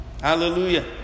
Hallelujah